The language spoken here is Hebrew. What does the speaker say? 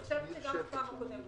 אני חושבת שגם בפעם הקודמת,